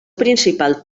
principal